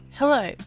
Hello